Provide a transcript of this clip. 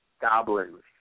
goblins